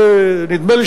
נדמה לי,